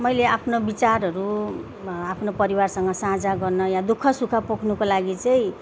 मैले आफ्नो विचारहरू आफ्नो परिवारसँग साझा गर्न या दुःखसुख पोख्नुको लागि चाहिँ